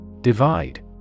Divide